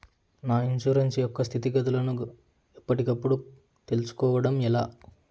నా ఇన్సూరెన్సు యొక్క స్థితిగతులను గతులను ఎప్పటికప్పుడు కప్పుడు తెలుస్కోవడం ఎలా?